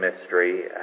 mystery